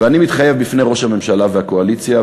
ואני מתחייב בפני ראש הממשלה והקואליציה,